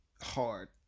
hard